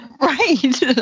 Right